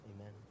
Amen